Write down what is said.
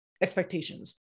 expectations